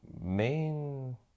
main